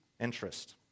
interest